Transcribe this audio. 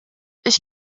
ich